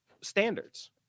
Standards